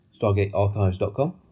StargateArchives.com